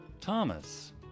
Thomas